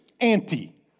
anti